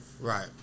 Right